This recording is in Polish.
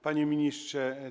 Panie Ministrze!